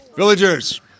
Villagers